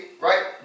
right